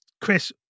Chris